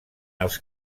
els